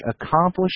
accomplished